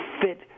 fit